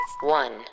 One